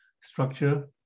structure